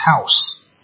house